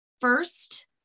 first